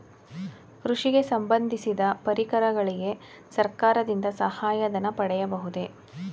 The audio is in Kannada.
ಕೃಷಿಗೆ ಸಂಬಂದಿಸಿದ ಪರಿಕರಗಳಿಗೆ ಸರ್ಕಾರದಿಂದ ಸಹಾಯ ಧನ ಪಡೆಯಬಹುದೇ?